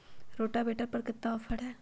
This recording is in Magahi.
रोटावेटर पर केतना ऑफर हव?